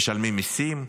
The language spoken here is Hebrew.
משלמים מיסים,